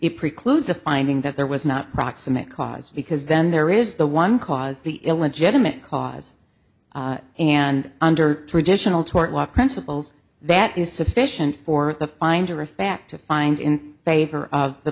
it precludes a finding that there was not proximate cause because then there is the one cause the illegitimate cause and under traditional tort law principles that is sufficient for the finder of fact to find in favor of the